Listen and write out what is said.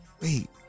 Wait